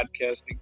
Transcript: podcasting